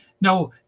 now